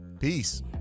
peace